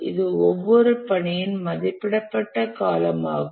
இது ஒவ்வொரு பணியின் மதிப்பிடப்பட்ட காலமாகும்